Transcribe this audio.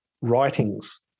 writings